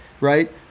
right